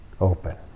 open